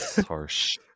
harsh